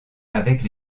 avec